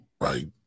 right